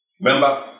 Remember